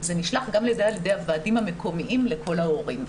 זה נשלח גם על ידי הוועדים המקומיים לכל ההורים.